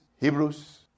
Hebrews